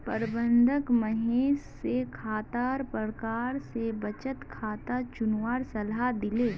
प्रबंधक महेश स खातार प्रकार स बचत खाता चुनवार सलाह दिले